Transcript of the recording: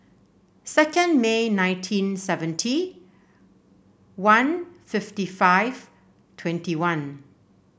second May nineteen seventy one fifty five twenty one